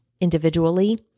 individually